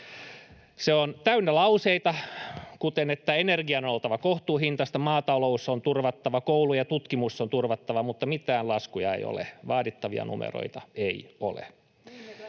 Se on täynnä lauseita, kuten että energian on oltava kohtuuhintaista, maatalous on turvattava, koulu ja tutkimus on turvattava, mutta mitään laskuja ei ole, vaadittavia numeroita ei ole.